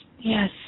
yes